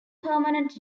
permanent